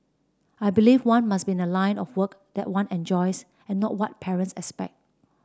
I believe one must be in a line of work that one enjoys and not what parents expect